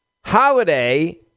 Holiday